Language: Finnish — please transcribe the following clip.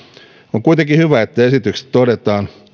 on kuitenkin hyvä että esityksessä todetaan